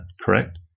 correct